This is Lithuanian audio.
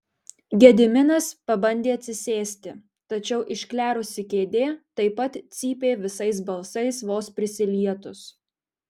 gediminas pabandė atsisėsti tačiau išklerusi kėdė taip pat cypė visais balsais vos prisilietus